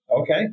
Okay